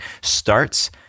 starts